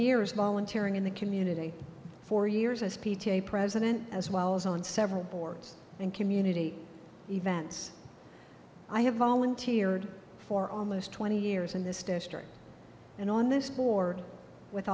years volunteering in the community for years as p t a president as well as on several boards and community events i have volunteered for almost twenty years in this district and on this board with